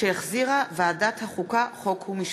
שהחזירה ועדת החוקה, חוק ומשפט,